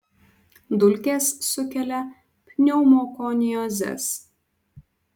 dulkės sukelia pneumokoniozes